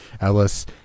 Ellis